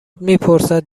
میپرسد